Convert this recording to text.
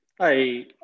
Hi